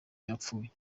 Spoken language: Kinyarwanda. yapfuye